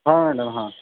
हां मॅडम हां